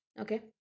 okay